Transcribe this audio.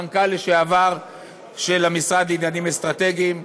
המנכ"ל לשעבר של המשרד לעניינים אסטרטגיים,